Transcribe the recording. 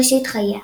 ראשית חייה